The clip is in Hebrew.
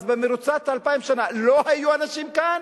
אז במרוצת אלפיים שנה לא היו אנשים כאן?